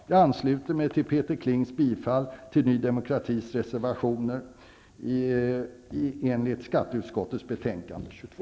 Jag ansluter mig till Peter Klings yrkande om bifall till Ny demokratis reservationer till skatteutskottets betänkande 22.